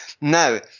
Now